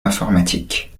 d’informatique